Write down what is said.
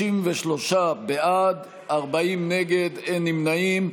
53 בעד, 40 נגד, אין נמנעים.